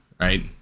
right